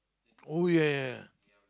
oh ya